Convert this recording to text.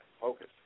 focus